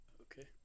Okay